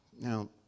Now